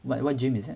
what what gym is it